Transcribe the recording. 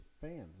fans